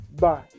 Bye